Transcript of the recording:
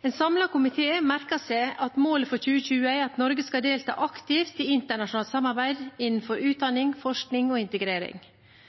En samlet komité merker seg at målet for 2020 er at Norge skal delta aktivt i internasjonalt samarbeid innenfor utdanning, forskning og integrering.